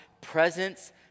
presence